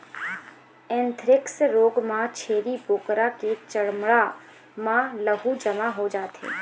anthrax रोग म छेरी बोकरा के चमड़ा म लहू जमा हो जाथे